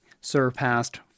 surpassed